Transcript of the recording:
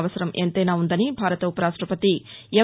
అవసరం ఎంతైనా ఉందని భారత ఉపరాష్టపతి ఎం